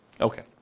Okay